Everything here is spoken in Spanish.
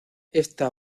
esta